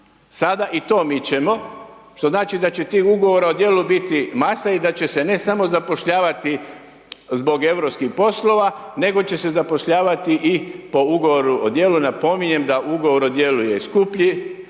Sada i to mičemo, što znači da će tih Ugovora o djelu biti mase i da će se, ne samo zapošljavati zbog europskih poslova, nego će se zapošljavati i po Ugovoru o djelu. Napominjem da Ugovor o djelu je skuplji,